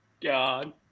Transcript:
God